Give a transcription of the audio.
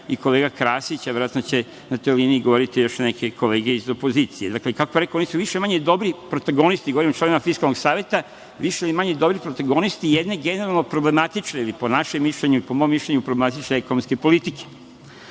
i kolega Krasić, a verovatno će na toj liniji govoriti još neke kolege iz opozicije. Dakle, kako rekoh oni su više-manje dobri protagonisti, govorim o članovima Fiskalnog saveta, više ili manje dobri protagonisti jedne generalno problematične ili po mom mišljenju problematične ekonomske politike. Kada